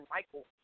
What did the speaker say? Michael